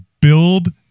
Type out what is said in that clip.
build